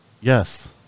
yes